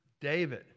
David